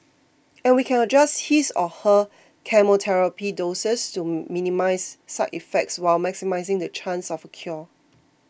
and we can adjust his or her chemotherapy doses to minimise side effects while maximising the chance of a cure